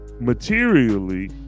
materially